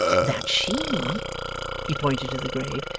that she he pointed to the grave,